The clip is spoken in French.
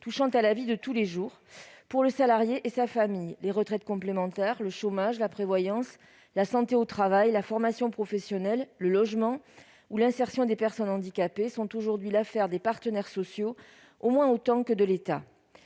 touchant à la vie de tous les jours, pour le salarié et sa famille : les retraites complémentaires, le chômage, la prévoyance, la santé au travail, la formation professionnelle, le logement ou l'insertion des personnes handicapées sont aujourd'hui l'affaire des partenaires sociaux au moins autant que de l'État